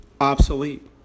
obsolete